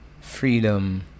Freedom